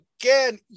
again